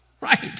right